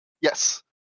Yes